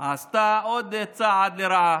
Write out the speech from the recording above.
עשתה עוד צעד לרעה,